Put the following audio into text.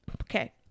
Okay